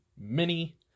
mini